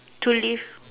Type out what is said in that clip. to live